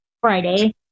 Friday